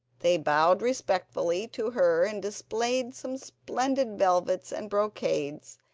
they bowed respectfully to her and displayed some splendid velvets and brocades,